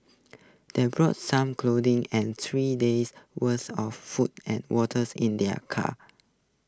they brought some and three days' worth of food and waters in their car